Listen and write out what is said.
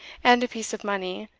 and a piece of money,